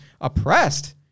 oppressed